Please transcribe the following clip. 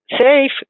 safe